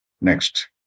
Next